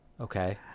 Okay